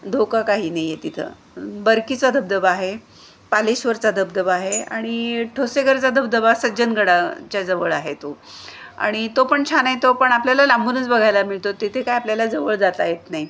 धोका काही नाही आहे तिथं बरकीचा धबधबा आहे पालेश्वरचा धबधबा आहे आणि ठोसेघरचा धबधबा सज्जनगडाच्या जवळ आहे तो आणि तो पण छान आहे तो पण आपल्याला लांबूनच बघायला मिळतो तिथे काय आपल्याला जवळ जाता येत नाही